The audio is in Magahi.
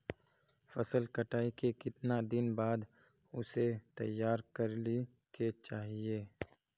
फसल कटाई के कीतना दिन बाद उसे तैयार कर ली के चाहिए?